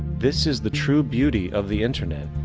this is the true beauty of the internet.